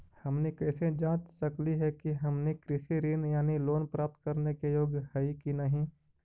हमनी कैसे जांच सकली हे कि हमनी कृषि ऋण यानी लोन प्राप्त करने के योग्य हई कि नहीं?